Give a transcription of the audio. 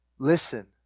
Listen